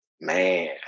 Man